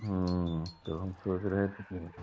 तो हम सोच रहे थे कि ब